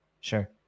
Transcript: Sure